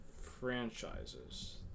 franchises